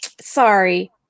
Sorry